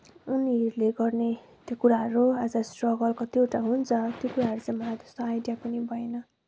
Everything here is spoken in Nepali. उनीहरूले गर्ने त्यो कुराहरू आज स्ट्रगल कतिवटा हुन्छ त्यो कुराहरू चाहिँ मलाई त्यस्तो आइडिया पनि भएन